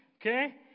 Okay